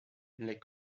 les